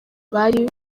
bari